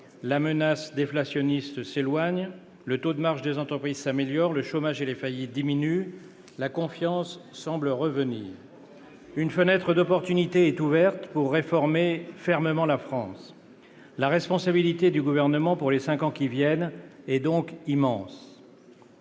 la menace déflationniste s'éloigne, le taux de marge des entreprises s'améliore, le chômage et les faillites diminuent, la confiance semble revenir. Une fenêtre d'opportunité est ouverte pour réformer fermement la France. La responsabilité du Gouvernement pour les cinq ans qui viennent est donc immense.